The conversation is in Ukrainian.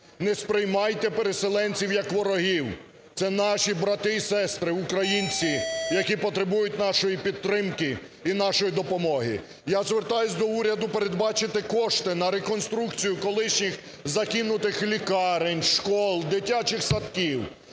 не сприймайте переселенців як ворогів, це наші брати і сестри українці, які потребують нашої підтримки і нашої допомоги. Я звертаюся до уряду передбачити кошти на реконструкцію колишніх закинутих лікарень, шкіл, дитячих садків.